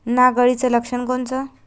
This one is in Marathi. नाग अळीचं लक्षण कोनचं?